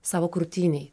savo krūtinėj